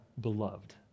beloved